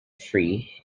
free